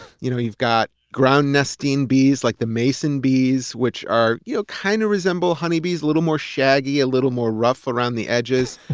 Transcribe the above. you know we've got ground-nesting bees like the mason bees, which you know kind of resemble honeybees, a little more shaggy, a little more rough around the edges.